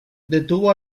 detuvo